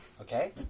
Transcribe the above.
Okay